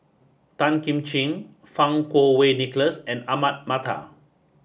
Tan Kim Ching Fang Kuo Wei Nicholas and Ahmad Mattar